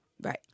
right